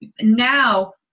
now